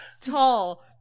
Tall